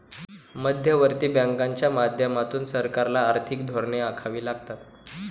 मध्यवर्ती बँकांच्या माध्यमातून सरकारला आर्थिक धोरणे आखावी लागतात